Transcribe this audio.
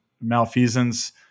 malfeasance